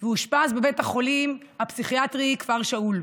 אושפז בבית החולים הפסיכיאטרי כפר שאול.